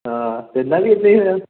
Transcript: ਹਾਂ ਪਹਿਲਾਂ ਵੀ ਇਨੇ